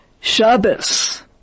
Shabbos